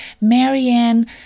Marianne